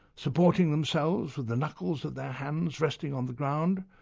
supporting themselves with the knuckles of their hands resting on the ground?